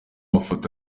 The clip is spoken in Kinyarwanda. mafoto